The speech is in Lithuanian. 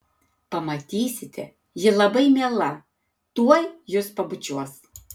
pamatysite ji labai miela tuoj jus pabučiuos